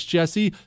Jesse